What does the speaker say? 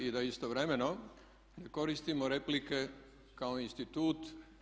I da istovremeno koristimo replike kao institut.